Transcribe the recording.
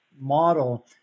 model